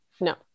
No